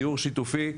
דיור שיתופי,